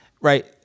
Right